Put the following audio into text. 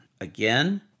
Again